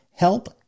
Help